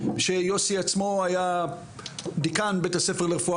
שיוסי עצמו היה דיקנט בית הספר לרפואה